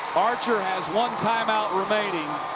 archer has one time-out remaining.